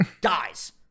dies